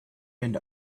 and